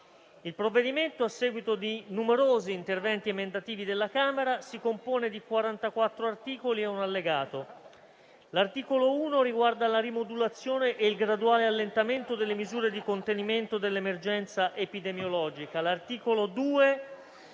Il provvedimento, a seguito di numerosi interventi emendativi della Camera, si compone di 44 articoli e un allegato. L'articolo 1 riguarda la rimodulazione e il graduale allentamento delle misure di contenimento dell'emergenza epidemiologica.